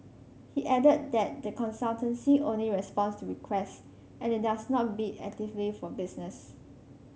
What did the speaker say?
he added that the consultancy only responds to requests and it does not bid actively for business